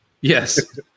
Yes